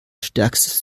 stärkstes